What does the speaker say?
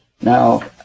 now